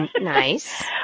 Nice